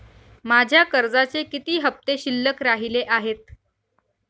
माझ्या कर्जाचे किती हफ्ते शिल्लक राहिले आहेत?